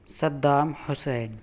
Saddam Hussein